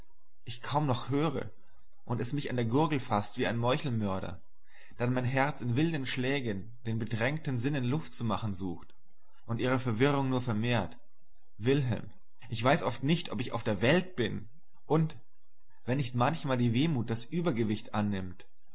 ich kaum noch höre und es mich an die gurgel faßt wie ein meuchelmörder dann mein herz in wilden schlägen den bedrängten sinnen luft zu machen sucht und ihre verwirrung nur vermehrt wilhelm ich weiß oft nicht ob ich auf der welt bin und wenn nicht manchmal die wehmut das übergewicht nimmt